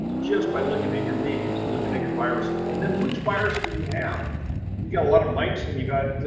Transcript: just by looking at your bees, looking at your viruses and then which virus do you have? you got a lot of mites and you got